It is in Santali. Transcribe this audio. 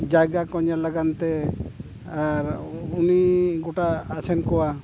ᱡᱟᱭᱜᱟ ᱠᱚ ᱧᱮᱞ ᱞᱟᱹᱜᱤᱫ ᱛᱮ ᱟᱨ ᱩᱱᱤ ᱜᱚᱴᱟᱭ ᱟᱥᱮᱱ ᱠᱚᱣᱟ